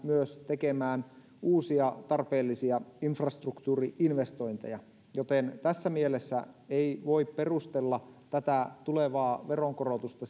myös tekemään uusia tarpeellisia infrastruktuuri investointeja tässä mielessä ei voi perustella tätä tulevaa veronkorotusta